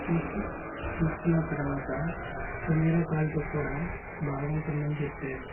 తీసుకు తీసుకున్న తర్వాత కెమెరా క్వాలిటీ కూడా బాగుంటుందని చెప్పారు